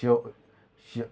show